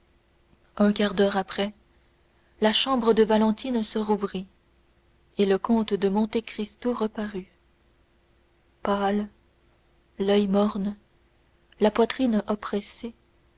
un quart d'heure après la chambre de valentine se rouvrit et le comte de monte cristo reparut pâle l'oeil morne la poitrine oppressée